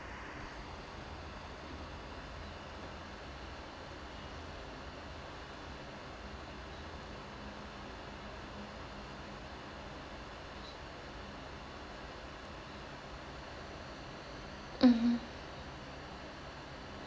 mmhmm